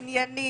בניינים,